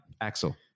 Axel